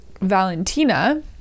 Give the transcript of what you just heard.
Valentina